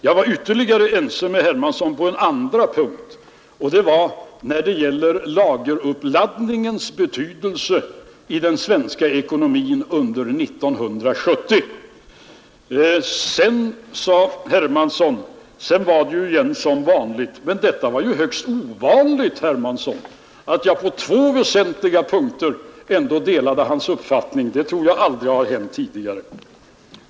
Jag var ense med herr Hermansson på ytterligare en punkt, nämligen när det gällde lageruppladdningens betydelse i den svenska ekonomin under 1970. Sedan, sade herr Hermansson, var det som vanligt igen. Men det var ju ovanligt, herr Hermansson, att jag på två väsentliga punkter ändå delade hans uppfattning. Det tror jag aldrig har hänt tidigare.